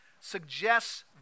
suggests